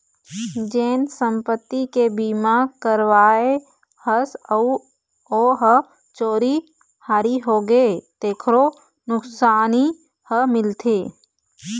जेन संपत्ति के बीमा करवाए हस अउ ओ ह चोरी हारी होगे तेखरो नुकसानी ह मिलथे